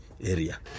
area